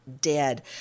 dead